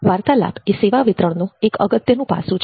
વાર્તાલાપ એ સેવા વિતરણનું એક અગત્યનું પાસું છે